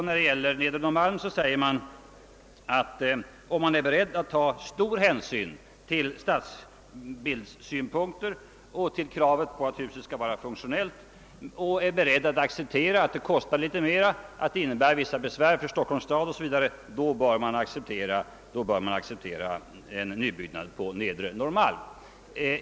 När det gäller Nedre Norrmalm säger man, att om man är beredd att ta stor hänsyn till stadsbilden och till kravet på att huset skall vara funktionellt samt är beredd att acceptera att det blir något dyrare, att det innebär vissa besvär för Stockholms stad o. s. v., då bör man acceptera en nybyggnad på Nedre Norrmalm.